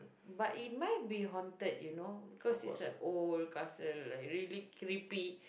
but it might be haunted you know cause it's an old castle like really creepy